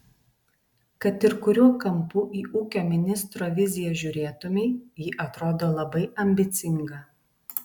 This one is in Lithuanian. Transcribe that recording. kad ir kuriuo kampu į ūkio ministro viziją žiūrėtumei ji atrodo labai ambicinga